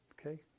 Okay